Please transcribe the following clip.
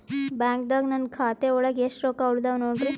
ಬ್ಯಾಂಕ್ದಾಗ ನನ್ ಖಾತೆ ಒಳಗೆ ಎಷ್ಟ್ ರೊಕ್ಕ ಉಳದಾವ ನೋಡ್ರಿ?